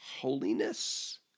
holiness